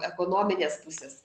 ekonominės pusės